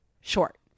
short